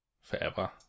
forever